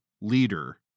leader